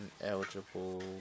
eligible